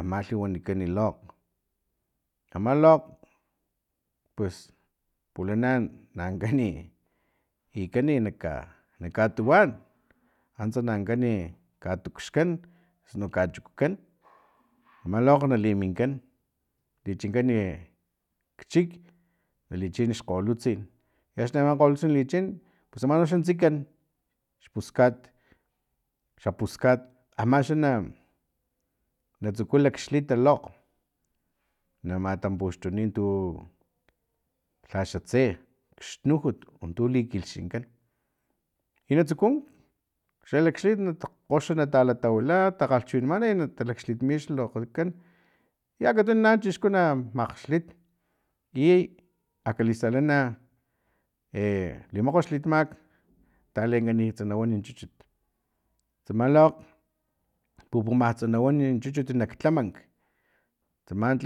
amalhi wanikani lokg ama lokg pues pulana na ankani llikani nak katuwan antsa na ankani katuxkan osu na kachukukan ama lokg na liminkan lichinkani kchik nalichin xkgolutsin axni ama kgolutsin nalichin pus amanoxa tsikan xpuskat xa puskat amaxa na tsuku lakxlit lokg na matampuxtuni tu lha xatse xnujut untu likilhxinkan i natsuku xalakxlitj kgoxa na talatawila takgalhchiwinamana i natalakxlitmi xlokgkan i akatunu na chixku na makgxlit i akalistal na e limokgot xlitmak talenkanitsanawan chuchut tsama lokg pupumats nawan chuchut nak tlamank tsama tlamank